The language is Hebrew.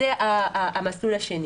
זה המסלול השני.